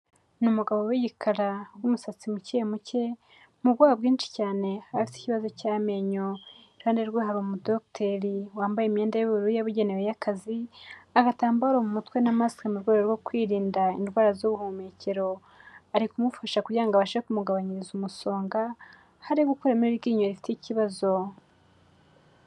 Ni umugabo w'igikara w'umusatsi muke muke mu bwoba bwinshi cyane afite ikibazo cy'amenyo, iruhande rwe hari umudogiteri wambaye imyenda y'ubururu yabugenewe y'akazi, agatambaro mu mutwe na masike mu rwego rwo kwirinda indwara z'ubuhumekero, ari kumufasha kugira ngo abashe kumugabanyiriza umusonga, aho ari gukuramo iryinyo rifite ikibazo.